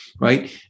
right